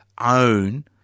own